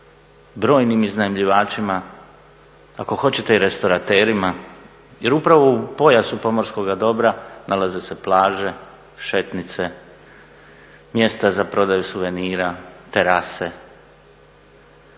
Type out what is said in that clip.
brojnim iznajmljivačima, ako hoćete i restoraterima, jer upravo u pojasu pomorskoga dobra nalaze se plaže, šetnice, mjesta za prodaju suvenira, terase.